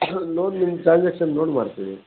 loan ನಿಮ್ಮ salary ಎಷ್ಟಂತ ನೋಡಿ ಮಾಡ್ತೀವಿ